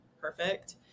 perfect